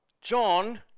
John